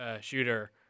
shooter